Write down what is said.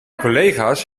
collega’s